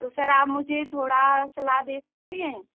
तो सर आप मुझे थोड़ा सलाह दे सकते हैं